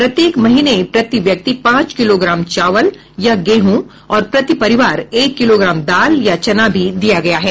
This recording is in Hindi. प्रत्येक महीने प्रति व्यक्ति पांच किलोग्राम चावल या गेंहू और प्रति परिवार एक किलोग्राम दाल या चना भी दिया गया है